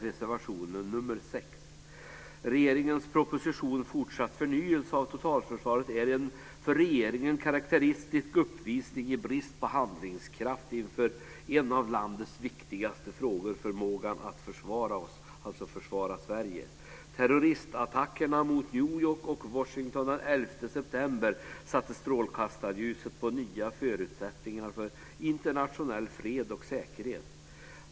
Regeringens proposition Fortsatt förnyelse av totalförsvaret är en för regeringen karakteristisk uppvisning i brist på handlingskraft inför en av landets viktigaste frågor - förmågan att försvara oss, alltså försvara Sverige. Terrorattackerna mot New York och Washington den 11 september satte strålkastarljuset på de nya förutsättningarna för internationell fred och säkerhet.